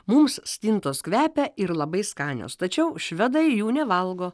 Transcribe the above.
mums stintos kvepia ir labai skanios tačiau švedai jų nevalgo